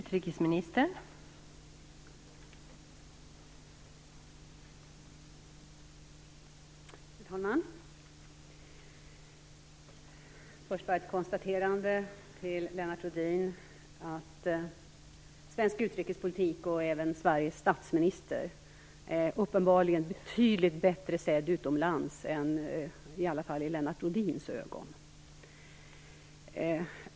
Fru talman! Först vill jag konstatera, Lennart Rohdin, att svensk utrikespolitik och även Sveriges statsminister uppenbarligen är betydligt bättre sedd utomlands än i Lennart Rohdins ögon.